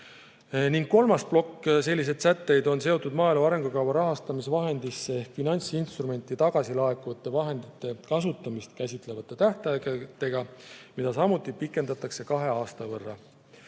kolmas plokk sätteid on seotud maaelu arengukava rahastamisvahendisse ehk finantsinstrumenti tagasilaekuvate vahendite kasutamist käsitlevate tähtaegadega, mida samuti pikendatakse kahe aasta võrra.